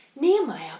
Nehemiah